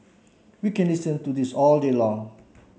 we can listen to this all day long